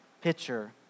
picture